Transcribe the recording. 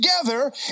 together